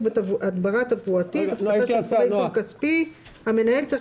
בהדברה תברואית (הפחתת סכומי עיצום כספי) נכתב: "המנהל צריך